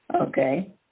Okay